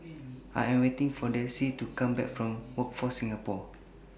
I Am waiting For Delcie to Come Back from Workforce Singapore